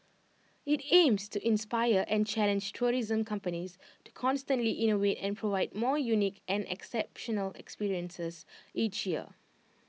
IT aims to inspire and challenge tourism companies to constantly innovate and provide more unique and exceptional experiences each year